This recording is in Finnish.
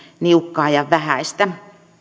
niukkaa ja vähäistä